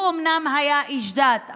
אומנם הוא היה איש דת,